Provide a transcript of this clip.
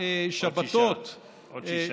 כשבע שבתות, עוד שש.